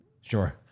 sure